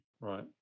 Right